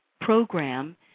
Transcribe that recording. program